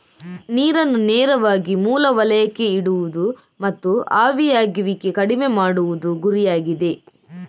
ನೀರನ್ನು ನೇರವಾಗಿ ಮೂಲ ವಲಯಕ್ಕೆ ಇಡುವುದು ಮತ್ತು ಆವಿಯಾಗುವಿಕೆ ಕಡಿಮೆ ಮಾಡುವುದು ಗುರಿಯಾಗಿದೆ